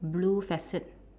blue facade